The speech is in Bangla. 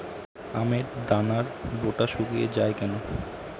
আমের দানার বোঁটা শুকিয়ে য়ায় কেন?